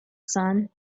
sun